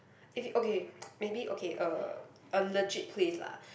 is okay maybe okay uh a legit place lah